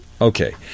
okay